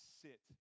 sit